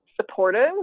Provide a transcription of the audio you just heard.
supportive